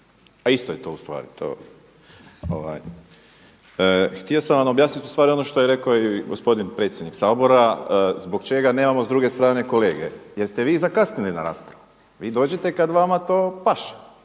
A isto je to u stvari to. Htio sam vam objasniti u stvari ono što je rekao i gospodin predsjednik Sabora zbog čega nemamo s druge strane kolege, jer ste vi zakasnili na raspravu. Vi dođete kad vama to paše.